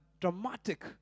dramatic